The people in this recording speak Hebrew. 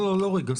רגע.